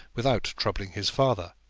without troubling his father.